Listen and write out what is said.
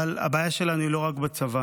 אבל הבעיה שלנו היא לא רק בצבא,